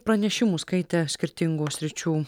pranešimus skaitė skirtingų sričių